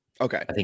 Okay